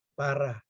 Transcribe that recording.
para